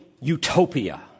utopia